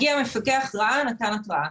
הגיע המפקח, ראה, נתן התראה.